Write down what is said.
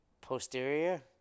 posterior